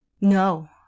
No